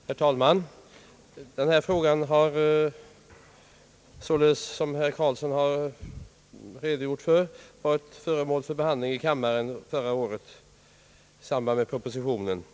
Herr talman! Denna fråga har, som herr Helge Karlsson här har redogjort för, behandlats i kammaren förra året i samband med propositionen i ämnet.